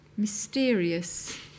Mysterious